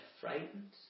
frightened